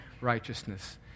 righteousness